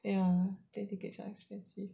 ya the tickets are expensive